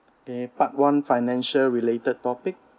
okay part one financial related topic